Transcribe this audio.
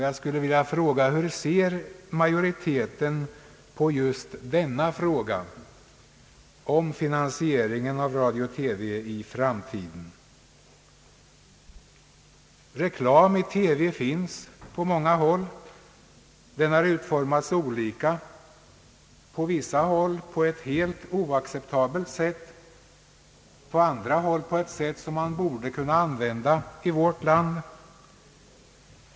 Jag vill ställa frågan: Hur ser majoriteten på spörsmålet om finansieringen av radio och TV i framtiden? Reklam i TV finns på många håll. Den har utformats olika, på vissa håll på ett helt oacceptabelt sätt och på andra håll på ett sätt som borde kunna accepteras i vårt land.